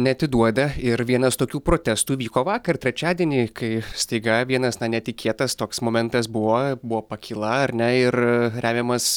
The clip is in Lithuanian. neatiduoda ir vienas tokių protestų vyko vakar trečiadienį kai staiga vienas na netikėtas toks momentas buvo buvo pakyla ar ne ir remiamas